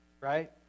Right